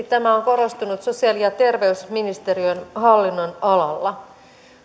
tämä on korostunut sosiaali ja terveysministeriön hallinnonalalla